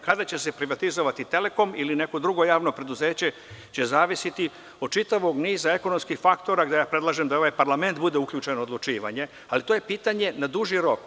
Kada će se privatizovati „Telekom“ ili neko drugo javno preduzeće zavisiće od čitavog niza ekonomskih faktora, gde ja predlažem da ovaj parlament bude uključen u odlučivanje, ali to je pitanje na duži rok.